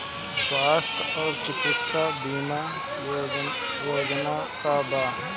स्वस्थ और चिकित्सा बीमा योजना का बा?